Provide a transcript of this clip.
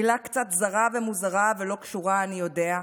מילה קצת זרה ומוזרה ולא קשורה, אני יודע,